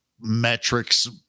metrics